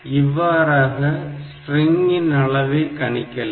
இவ்வாறாக ஸ்ட்ரிங்கின் அளவை கணிக்கலாம்